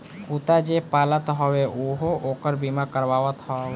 कुत्ता जे पालत हवे उहो ओकर बीमा करावत हवे